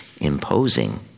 imposing